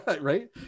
right